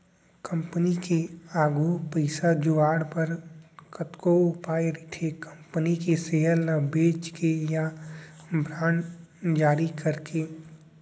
company के आघू पइसा जुगाड़ बर कतको उपाय रहिथे कंपनी के सेयर ल बेंच के या बांड जारी करके